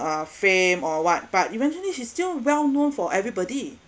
uh fame or what but eventually he still well known for everybody